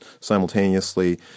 simultaneously